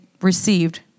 received